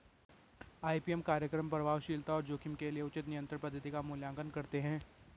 IPM कार्यक्रम प्रभावशीलता और जोखिम के लिए उचित नियंत्रण पद्धति का मूल्यांकन करते हैं